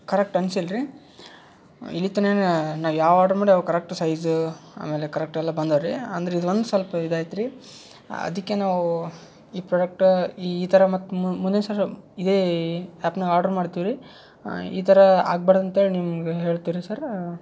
correct ಅನ್ಸಿಲ್ಲ ರೀ ಇಲ್ಲಿ ತನಕ ಏನು ನಾ ಯಾವ ಆರ್ಡ್ರ್ ಮಾಡೀವಿ ಅವು ಕರೆಕ್ಟ್ ಸೈಝು ಆಮೇಲೆ ಕರೆಕ್ಟ್ ಎಲ್ಲ ಬಂದಾವ ರೀ ಅಂದರೆ ಇದು ಒಂದು ಸ್ವಲ್ಪ ಇದಾಯ್ತು ರೀ ಅದಕ್ಕೆ ನಾವು ಈ ಪ್ರಾಡಕ್ಟ ಈ ಥರ ಮತ್ತು ಮುಂದಿನ ಸಲ ಇದೇ ಆ್ಯಪ್ನಾಗ ಆರ್ಡ್ರ್ ಮಾಡ್ತೀವಿ ರೀ ಈ ಥರ ಆಗ್ಬಾರ್ದು ಅಂತ್ಹೇಳಿ ನಿಮಗೆ ಹೇಳ್ತೀವಿ ರೀ ಸರ